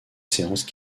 séances